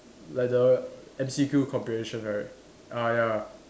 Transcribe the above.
like the M_C_Q comprehension right ah ya